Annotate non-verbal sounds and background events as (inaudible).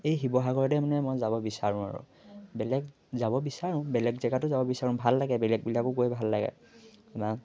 এই শিৱসাগৰতে মানে মই যাব বিচাৰোঁ আৰু বেলেগ যাব বিচাৰোঁ বেলেগ জেগাতো যাব বিচাৰোঁ ভাল লাগে বেলেগবিলাকো গৈ ভাল লাগে (unintelligible)